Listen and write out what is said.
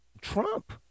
Trump